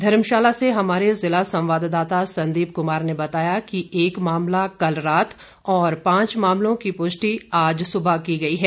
धर्मशाला से हमारे जिला संवाददता संदीप कुमार ने बताया कि एक मामला कल रात और पांच मामलों की पुष्टि आज सुबह की गई है